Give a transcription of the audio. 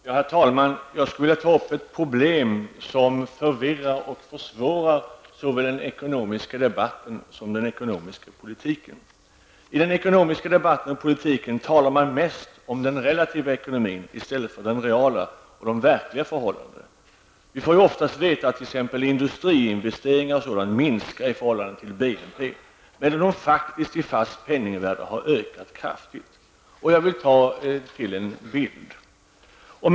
Fru talman! Jag skulle vilja ta upp ett problem som förvirrar och försvårar såväl i den ekonomiska debatten som i den ekonomiska politiken. I den ekonomiska debatten och politiken talar man mest om den relativa ekonomin i stället för den reala, de verkliga förhållandena. Vi får t.ex. ofta veta att industriinvesteringar och liknande minskar i förhållande till BNP, medan de faktiskt i fast penningvärde har ökat kraftigt. Jag vill ta till en bild som exempel.